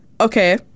Okay